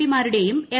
പിമാരുടെയും M